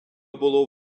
було